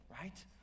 right